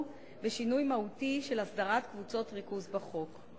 בשינוי מהותי של הסדרת קבוצות ריכוז בחוק.